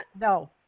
no